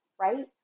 right